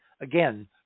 again